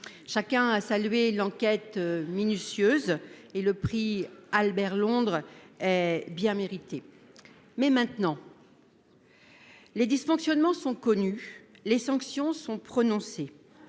Chacun a salué l'enquête minutieuse et le prix Albert-Londres. Bien méritée. Mais maintenant. Les dysfonctionnements sont connus, les sanctions sont prononcées